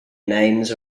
names